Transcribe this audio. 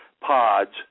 pods